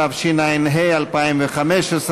התשע"ה 2015,